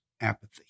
apathy